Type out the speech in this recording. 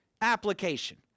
application